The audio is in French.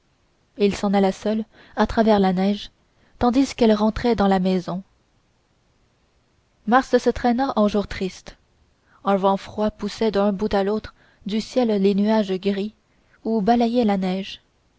il s'en alla seul à travers la neige tandis qu'elle rentrait dans la maison mars se traîna en l'ours tristes un vent froid poussait d'un bout à l'autre du ciel les nuages gris ou balayait la neige